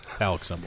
Alex